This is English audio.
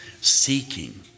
seeking